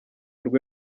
rwe